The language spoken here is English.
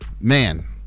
man